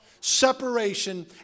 separation